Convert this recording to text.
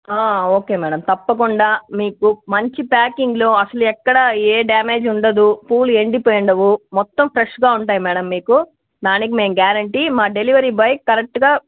okay madam తప్పకుండా మీకు మంచి ప్యాకింగ్లో అసలు ఎక్కడ ఏ డ్యామేజ్ ఉండదు పూలు ఎండిపోయి ఉండవు మొత్తం ఫ్రెష్గా ఉంటాయి మేడం మీకు దానికి మేం గ్యారెంటీ మా డెలివరీ బాయ్ కరెక్ట్గా